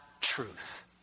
truth